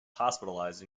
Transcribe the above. hospitalized